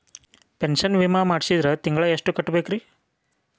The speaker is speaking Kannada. ಪೆನ್ಶನ್ ವಿಮಾ ಮಾಡ್ಸಿದ್ರ ತಿಂಗಳ ಎಷ್ಟು ಕಟ್ಬೇಕ್ರಿ?